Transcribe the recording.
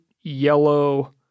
yellow